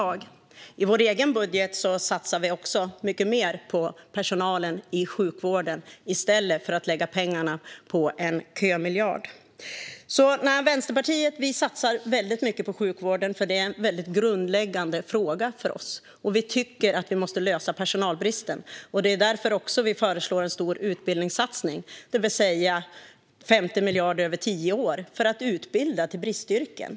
I vår egen budget satsar vi också mycket mer på personalen i sjukvården i stället för att lägga pengarna på en kömiljard. Vänsterpartiet satsar väldigt mycket på sjukvården, för det är en grundläggande fråga för oss. Vi tycker att vi måste lösa personalbristen. Det är också därför vi föreslår en stor utbildningssatsning, det vill säga 50 miljarder över tio år för att utbilda till bristyrken.